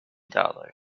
dollars